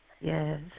Yes